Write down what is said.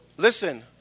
Listen